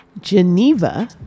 Geneva